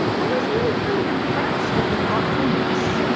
i was really kind of impressed with the thoughtfulness.